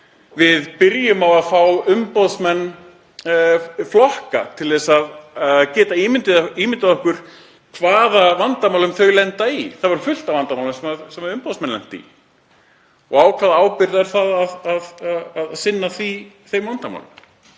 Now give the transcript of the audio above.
Við byrjum á að fá umboðsmenn flokka til að geta ímyndað okkur í hvaða vandamálum þau lenda. Það var fullt af vandamálum sem umboðsmenn lentu í og á hvaða ábyrgð er það að sinna þeim vandamálum?